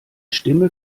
stimme